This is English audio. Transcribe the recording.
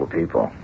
people